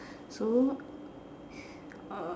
so uh